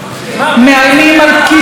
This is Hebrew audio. על שופט,